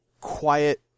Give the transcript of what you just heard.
quiet